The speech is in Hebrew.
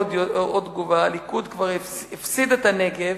עוד תגובה: הליכוד כבר הפסיד את הנגב,